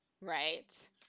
right